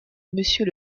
monsieur